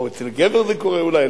או אצל גבר זה קורה אולי,